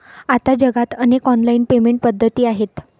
आता जगात अनेक ऑनलाइन पेमेंट पद्धती आहेत